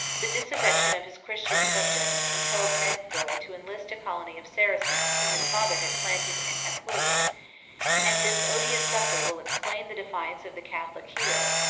the disaffection of his christian subjects compelled mainfroy to enlist a colony of saracens whom his father had planted in apulia and this odious succor will explain the defiance of the catholic hero,